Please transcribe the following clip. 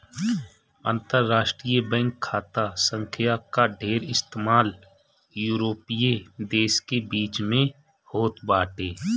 अंतरराष्ट्रीय बैंक खाता संख्या कअ ढेर इस्तेमाल यूरोपीय देस के बीच में होत बाटे